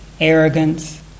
arrogance